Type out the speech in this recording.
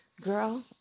girl